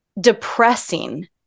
depressing